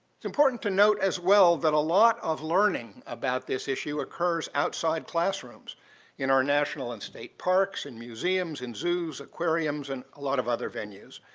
it's important to note, as well, that a lot of learning about this issue occurs outside classrooms in our national and state parks, in museums and zoos, aquariums, and a lot of other venues.